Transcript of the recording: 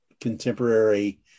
contemporary